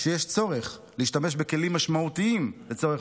שיש צורך להשתמש בכלים משמעותיים לצורך